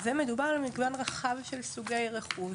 ומדובר על מגוון רחב של סוגי רכוש.